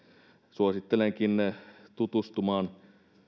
suosittelenkin tutustumaan